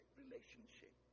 relationship